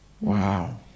wow